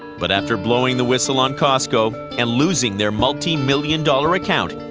but after blowing the whistle on costco, and losing their multimillion dollar account,